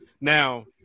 Now